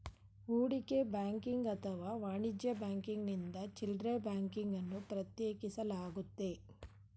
ಹೂಡಿಕೆ ಬ್ಯಾಂಕಿಂಗ್ ಅಥವಾ ವಾಣಿಜ್ಯ ಬ್ಯಾಂಕಿಂಗ್ನಿಂದ ಚಿಲ್ಡ್ರೆ ಬ್ಯಾಂಕಿಂಗ್ ಅನ್ನು ಪ್ರತ್ಯೇಕಿಸಲಾಗುತ್ತೆ